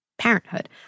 Parenthood